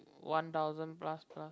one thousand plus plus